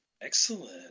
excellent